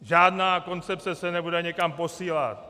Žádná koncepce se nebude někam posílat.